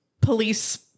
police